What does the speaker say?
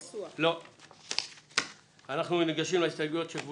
ההצעה לא נתקבלה ותעלה למליאה כהסתייגות לקריאה שנייה ולקריאה שלישית.